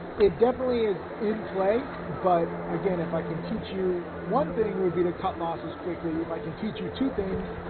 it definitely is in play, but again if i can teach you one thing would be to cut losses quickly. if i can teach you two things,